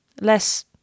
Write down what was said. less